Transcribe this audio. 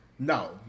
No